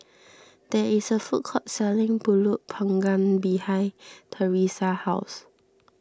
there is a food court selling Pulut Panggang behind Thresa's house